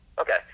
Okay